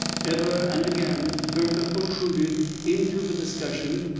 ever and again gurker protruded into the discussion,